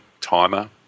timer